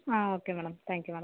ah okay madam thank you madam